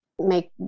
make